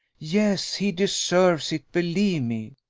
yes, he deserves it, believe me,